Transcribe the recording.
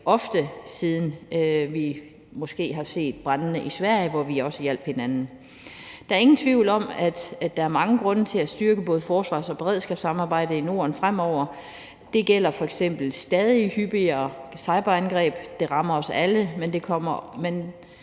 ofte, siden vi har set brandene i Sverige, hvor vi også hjalp hinanden. Der er ingen tvivl om, at der er mange grunde til at styrke både forsvarssamarbejdet og beredskabssamarbejdet i Norden fremover. Det gælder f.eks. stadig hyppigere cyberangreb, der rammer os alle, men også kommende